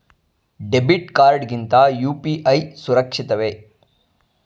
Debit card ಗಿಂತ UPI ಸುರಕ್ಷಿತವೇ?